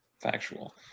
Factual